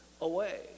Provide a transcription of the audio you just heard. away